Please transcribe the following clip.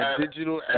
digital